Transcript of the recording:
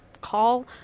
call